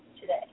today